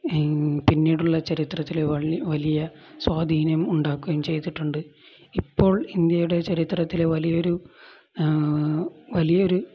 പിന്നീടുള്ള ചരിത്രത്തില് വലിയ സ്വാധീനം ഉണ്ടാക്കുകയും ചെയ്തിട്ടുണ്ട് ഇപ്പോൾ ഇന്ത്യയുടെ ചരിത്രത്തിലെ വലിയൊരു വലിയൊരു